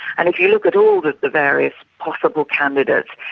and if you look at all the the various possible candidates,